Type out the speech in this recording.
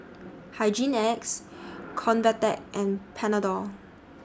Hygin X Convatec and Panadol